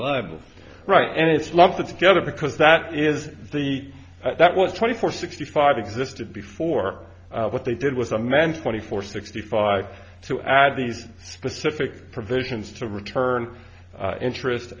liable right and it's love that together because that is the that was twenty four sixty five existed before what they did was a man twenty four sixty five to add these specific provisions to return interest